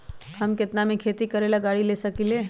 हम केतना में खेती करेला गाड़ी ले सकींले?